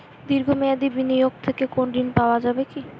দীর্ঘ মেয়াদি বিনিয়োগ থেকে কোনো ঋন পাওয়া যাবে কী?